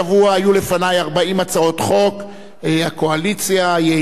הקואליציה היעילה הצליחה לצמצם אותן להצעות חוק מועטות.